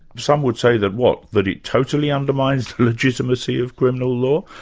some would say that what, that it totally undermines the legitimacy of criminal law?